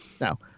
no